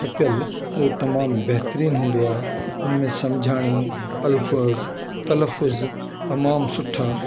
छपियल ओ तमामु बहितरीनु हूंदो आए उनमें सम्झाणी अल्फ़ज तल्फुज़ तमामु सुठा